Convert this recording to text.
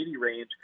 range